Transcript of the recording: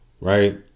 Right